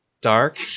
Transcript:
dark